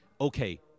okay